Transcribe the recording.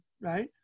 right